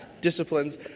Disciplines